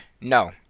no